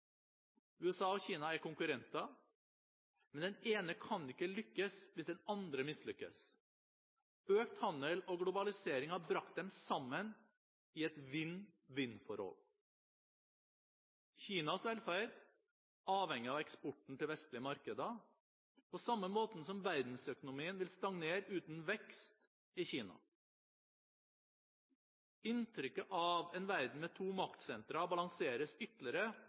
USA og Kina er konkurrenter, men den ene kan ikke lykkes hvis den andre mislykkes. Økt handel og globalisering har brakt dem sammen i et vinn-vinn-forhold. Kinas velferd avhenger av eksporten til vestlige markeder, på samme måte som verdensøkonomien vil stagnere uten vekst i Kina. Inntrykket av en verden med to maktsentre balanseres ytterligere